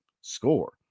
score